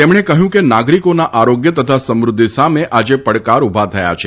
તેમણે કહ્યું કે નાગરિકોના આરોગ્ય તથા સમૃઘ્ઘિ સામે આજે પડકાર ઊભા થયા છે